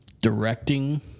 directing